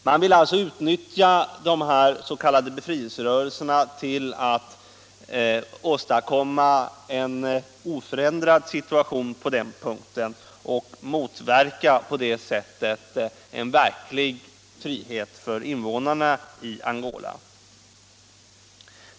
Man vill alltså utnyttja dessa s.k. befrielserörelser Angola till att åstadkomma en oförändrad situation på den punkten och på så sätt motverka en verklig frihet för invånarna i Angola.